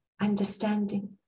understanding